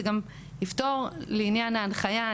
זה גם יפתור לעניין ההנחיה.